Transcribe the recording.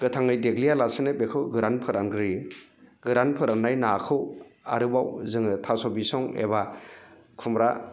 गोथाङै देग्लिया लासिनो बेखौ गोरान फोरानग्रोयो गोरान फोराननाय नाखौ आरोबाव जोङो थास' बिसं एबा खुमब्रा